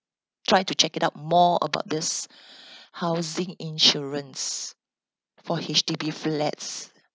try to check it out more about this housing insurance for H_D_B flats